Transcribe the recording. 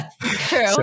True